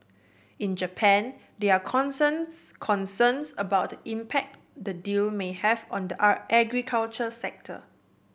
in Japan there are concerns concerns about the impact the deal may have on the agriculture sector